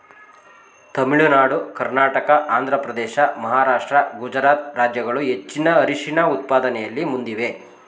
ತಮಿಳುನಾಡು ಕರ್ನಾಟಕ ಆಂಧ್ರಪ್ರದೇಶ ಮಹಾರಾಷ್ಟ್ರ ಗುಜರಾತ್ ರಾಜ್ಯಗಳು ಹೆಚ್ಚಿನ ಅರಿಶಿಣ ಉತ್ಪಾದನೆಯಲ್ಲಿ ಮುಂದಿವೆ